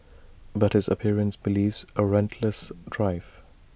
but his appearance belies A relentless drive